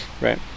right